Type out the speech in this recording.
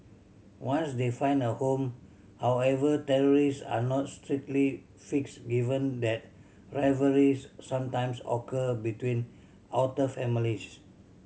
once they find a home however are not strictly fixed given that rivalries sometimes occur between otter families